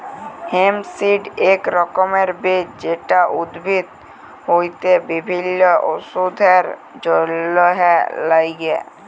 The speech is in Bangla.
হেম্প সিড এক রকমের বীজ যেটা উদ্ভিদ হইতে বিভিল্য ওষুধের জলহে লাগ্যে